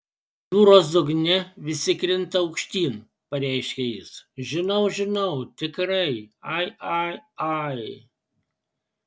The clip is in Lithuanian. jūros dugne visi krinta aukštyn pareiškė jis žinau žinau tikrai ai ai ai